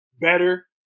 better